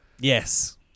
Yes